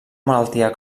malaltia